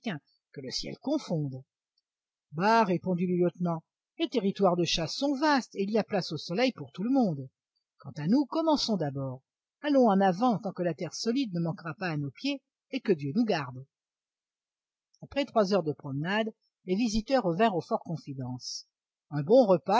que le ciel confonde bah répondit le lieutenant les territoires de chasse sont vastes et il y a place au soleil pour tout le monde quant à nous commençons d'abord allons en avant tant que la terre solide ne manquera pas à nos pieds et que dieu nous garde après trois heures de promenade les visiteurs revinrent au fortconfidence un bon repas